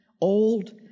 old